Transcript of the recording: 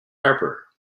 harper